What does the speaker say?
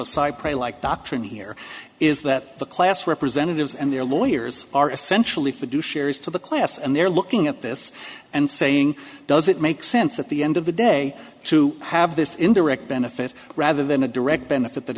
cypre like doctrine here is that the class representatives and their lawyers are essentially fiduciary as to the class and they're looking at this and saying does it make sense at the end of the day to have this indirect benefit rather than a direct benefit that